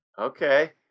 Okay